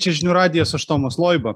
čia žinių radijas aš tomas loiba